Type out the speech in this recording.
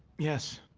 yes.